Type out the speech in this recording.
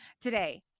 today